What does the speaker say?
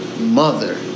Mother